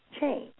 change